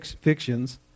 fictions